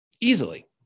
easily